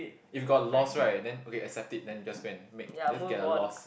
if you got loss like then okay accept it then you just go and make just get a loss